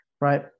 Right